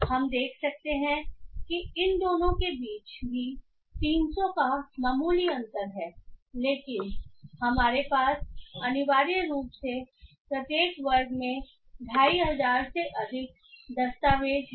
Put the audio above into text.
हम देख सकते हैं कि इन दोनों के बीच भी 300 का मामूली अंतर है लेकिन हमारे पास अनिवार्य रूप से प्रत्येक वर्ग में 2500 से अधिक दस्तावेज़ हैं